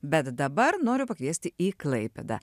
bet dabar noriu pakviesti į klaipėdą